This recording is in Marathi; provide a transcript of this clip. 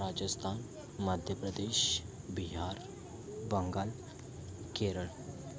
राजस्थान मध्य प्रदेश बिहार बंगाल केरळ